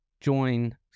join